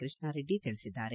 ಕೃಷ್ಣಾರಡ್ಡಿ ತಿಳಿಸಿದ್ದಾರೆ